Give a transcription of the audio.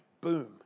Boom